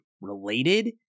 related